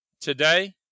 today